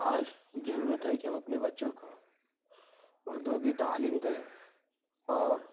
آج ضرورت ہے کہ ہم اپنے بچوں کو اردو کی تعلیم دیں اور